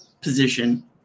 position